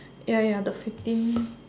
ya ya the fifteen